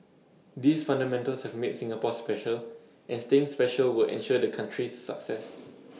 these fundamentals have made Singapore special and staying special will ensure the country's success